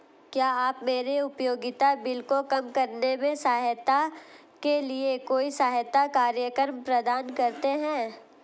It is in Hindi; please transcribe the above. क्या आप मेरे उपयोगिता बिल को कम करने में सहायता के लिए कोई सहायता कार्यक्रम प्रदान करते हैं?